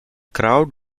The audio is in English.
crowd